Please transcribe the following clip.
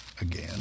again